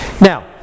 Now